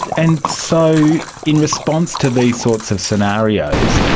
and so in response to these sorts of scenarios,